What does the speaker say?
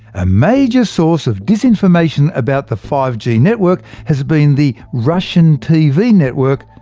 a major source of disinformation about the five g network has been the russian tv network,